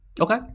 Okay